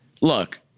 Look